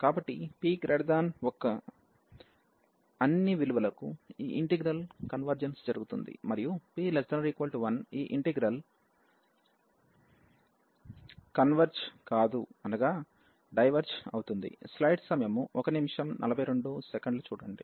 కాబట్టి p1 యొక్క అన్ని విలువలకు ఈ ఇంటిగ్రల్ కన్వర్జెన్స్ జరుగుతుంది మరియు p≤1 ఈ ఇంటిగ్రల్ కన్వెర్జ్ కాదు అనగా డైవెర్జ్ అవుతుంది